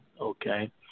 Okay